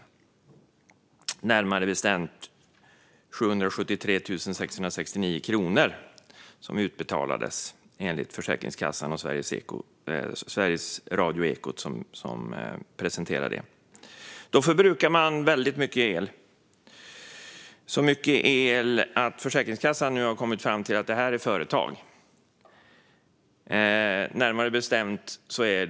Det var närmare bestämt 773 669 kronor som utbetalades, enligt Försäkringskassan och Sverige Radios Ekot . Då förbrukar man väldigt mycket el - så mycket el att Försäkringskassan nu har kommit fram till att det rör sig om ett företag.